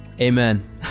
Amen